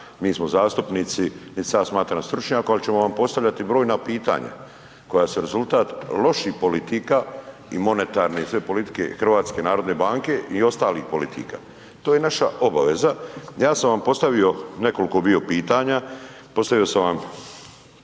Mi smo zastupnici, nit se ja smatram stručnjak, ali ću vam postavljati brojna pitanja koja su rezultat loših politika i monetarne i sve politike HNB-a i ostalih politika, to je naša obaveza. Ja sam vam postavio nekoliko bio pitanja, postavio sam vam